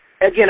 Again